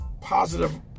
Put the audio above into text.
positive